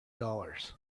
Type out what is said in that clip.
dollars